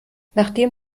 nachdem